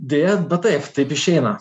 deja bet taip taip išeina